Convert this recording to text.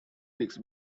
weeks